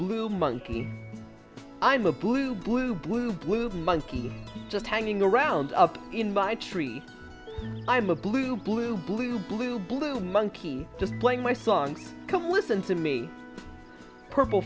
blue monkey i'm a blue blue blue blue monkey just hanging around up in my tree i'm a blue blue blue blue blue monkey to my song come listen to me purple